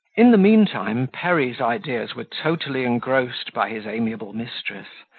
in the mean time, perry's ideas were totally engrossed by his amiable mistress,